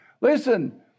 Listen